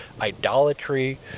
idolatry